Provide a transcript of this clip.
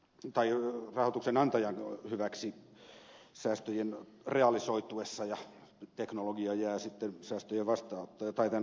osittain auki sen antaja säästöjen realisoituessa ja teknologia jää sitten rahoituksen vastaanottajalle